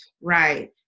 right